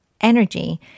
energy